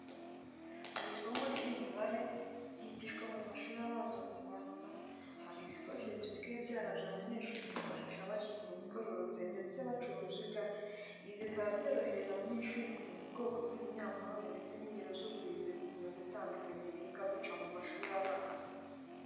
Mu isomo ry'imibare ryigishwa mu mashuri abanza mu Rwanda, hari ibikoresho bisigaye byaraje abanyeshuri bifashisha baca imirongo igororotse ndetse baca uruziga, ibi bikaba byorohereza abanyeshuri kumenya ubwoko bw'ibinyampande ndetse n'ingero z'uburebure ku mirongo itandukanye biga guca mu mashuri abanza.